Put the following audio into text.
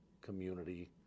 community